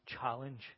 challenge